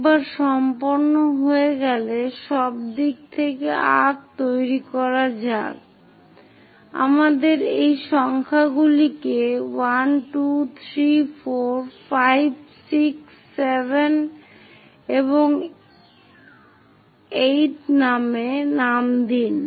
একবার সম্পন্ন হয়ে গেলে সবদিক থেকে আর্ক্ তৈরি করা যাক আমাদের এই সংখ্যাগুলিকে 1 2 3 4 5 6 7 এবং 8 ম নামে নাম দিন